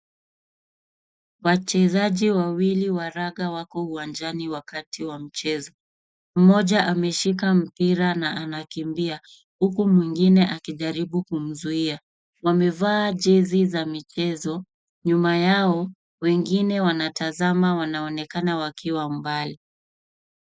Wachezaji wawili wa raga wako uwanjani wakati wa mchezo. Mmoja anashika mpira na anakimbia huku mwingine akijaribu kumzuia. Wamevaa jezi za michezo. Nyuma yao wengine wanatazama wanaonekana wakiwa mbali.